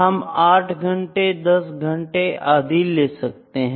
हम 8 घंटे 10 घंटे आदि ले सकते हैं